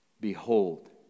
Behold